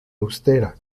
austera